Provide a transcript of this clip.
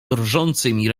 drżącymi